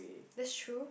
that's true